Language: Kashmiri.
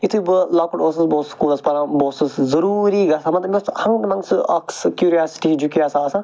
یتھٕے بہِ لۄکُٹ اوسُس بہِ اوسُس سکولَس پرَان بہِ اوسَس ضُروری گژھان مطلب مےٚ اوس نہٕ ہنٛگہٕ تہٕ منٛگہٕ سۄ اکھ سۄ کیٛوریاسٹی جوکہِ ٲسۍ آسان